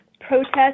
protest